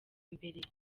mbere